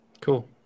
Cool